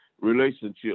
relationship